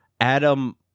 Adam